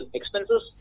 expenses